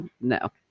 No